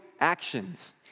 actions